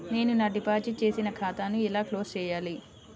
నేను నా డిపాజిట్ చేసిన ఖాతాను ఎలా క్లోజ్ చేయాలి?